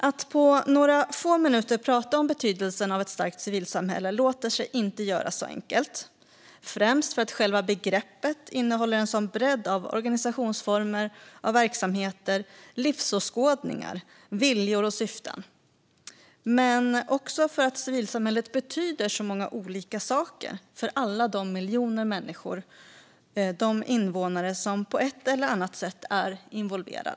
Att på några få minuter prata om betydelsen av ett starkt civilsamhälle låter sig inte göras så enkelt - främst för att själva begreppet innefattar en sådan bredd av organisationsformer, verksamheter, livsåskådningar, viljor och syften, men också för att civilsamhället betyder så många olika saker för alla de miljoner invånare som på ett eller annat sätt är involverade.